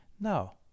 Now